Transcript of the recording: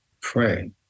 pray